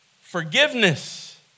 forgiveness